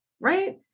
Right